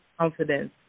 confidence